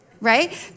right